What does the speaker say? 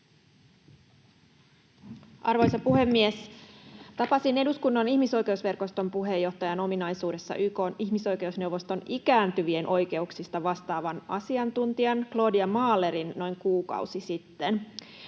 Arvoisa puhemies! Tapasin eduskunnan ihmisoikeusverkoston puheenjohtajan ominaisuudessa YK:n ihmisoikeusneuvoston ikääntyvien oikeuksista vastaavan asiantuntijan Claudia Mahlerin noin kuukausi sitten.